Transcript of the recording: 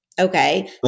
okay